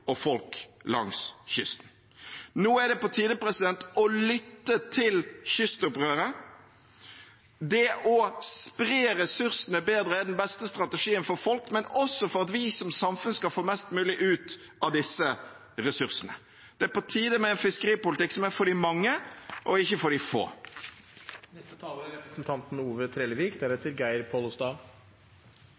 og folk langs kysten. Nå er det på tide å lytte til kystopprøret. Det å spre ressursene bedre er den beste strategien for folk, men også for at vi som samfunn skal få mest mulig ut av disse ressursene. Det er på tide med en fiskeripolitikk som er for de mange og ikke for de få. Me høyrer i debatten at fiskeripolitikk er